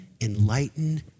enlighten